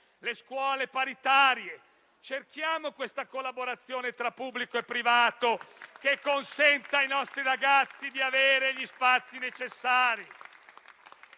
alle scuole paritarie, cerchiamo quella collaborazione tra pubblico e privato che consenta ai nostri ragazzi di avere gli spazi necessari.